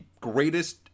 greatest